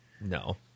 No